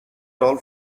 toll